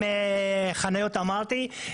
חניות אמרתי,